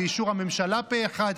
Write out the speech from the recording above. באישור הממשלה פה אחד,